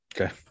Okay